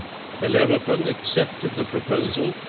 bellerophon accepted the proposal,